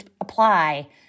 apply